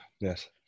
Yes